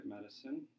medicine